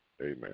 Amen